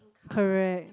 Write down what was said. correct